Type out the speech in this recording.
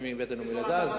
מאחר שאני מבטן ומלידה,